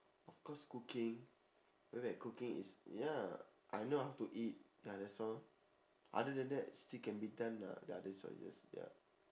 of course cooking whatever I cooking is ya I know how to eat ya that's all other than that still can be done ah the other choices ya